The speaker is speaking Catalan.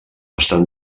estan